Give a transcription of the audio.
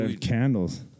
Candles